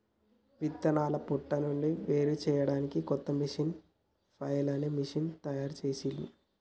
విత్తనాలను పొట్టు నుండి వేరుచేయడానికి కొత్త మెషీను ఫ్లఐల్ అనే మెషీను తయారుచేసిండ్లు